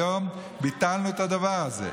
היום ביטלנו את הדבר הזה,